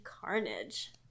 carnage